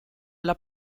alla